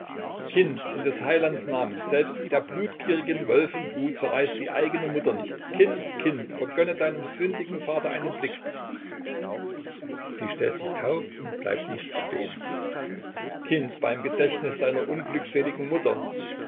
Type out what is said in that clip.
kind in des heilands namen selbst der blutgierigen wölfin brut zerreißt die eigene mutter nicht kind kind vergönne deinem sündigen vater einen blick sie stellt sich taub und bleibt nicht stehen kind beim gedächtnis deiner unglückseligen mutter